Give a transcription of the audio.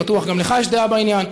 בטוח גם לך יש דעה בעניין,